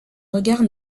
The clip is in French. regard